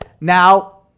now